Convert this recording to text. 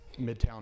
Midtown